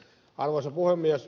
arvoisa puhemies